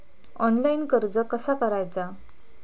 Online कर्ज कसा करायचा?